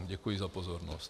Děkuji za pozornost.